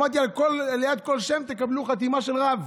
אמרתי: ליד כל שם תקבלו חתימה של רב,